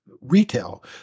retail